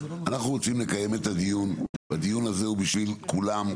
אנחנו רוצים לקיים את הדיון והדיון הזה הוא בשביל כולם,